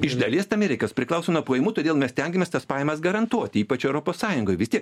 iš dalies tame ir reikalas priklauso nuo pajamų todėl mes stengiamės tas pajamas garantuoti ypač europos sąjungoje vis tiek